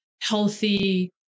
healthy